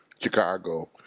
Chicago